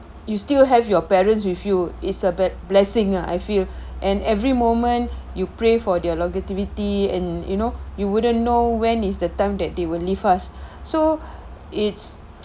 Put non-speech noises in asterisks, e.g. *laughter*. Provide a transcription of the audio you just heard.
you still have your parents with you is a bit blessing lah I feel and every moment you pray for their longevity and you know you wouldn't know when is the time that they will leave us so it's *noise*